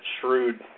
shrewd